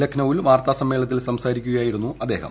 ലക്നൌവിൽ വാർത്താസമ്മേളനത്തിൽ സംസാരിക്കുകയായിരുന്നു അദ്ദേഹം